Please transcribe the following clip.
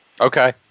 Okay